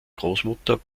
großmutter